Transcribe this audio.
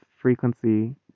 frequency